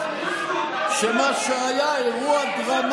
ציוני כשאתה יושב באופוזיציה?